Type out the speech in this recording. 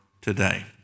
today